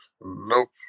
Nope